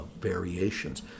variations